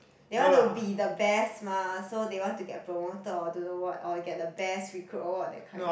they want to be the best mah so they want to get promoted or don't know what or get the best recruit award that kind